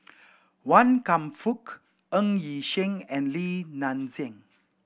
Wan Kam Fook Ng Yi Sheng and Li Nanxing